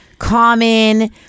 Common